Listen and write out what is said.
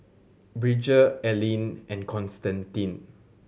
Bridger Ellyn and Constantine